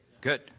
Good